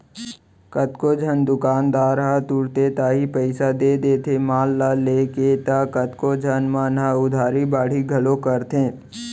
कतको झन दुकानदार ह तुरते ताही पइसा दे देथे माल ल लेके त कतको झन मन ह उधारी बाड़ही घलौ करथे